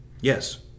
yes